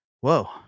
whoa